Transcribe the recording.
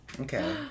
Okay